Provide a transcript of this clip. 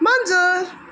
माजर